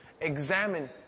examine